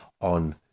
on